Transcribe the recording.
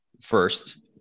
first